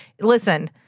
Listen